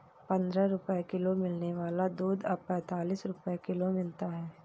पंद्रह रुपए किलो मिलने वाला दूध अब पैंतालीस रुपए किलो मिलता है